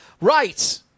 Right